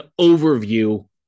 overview